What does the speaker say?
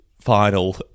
final